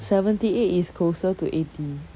seventy eight is closer to eighty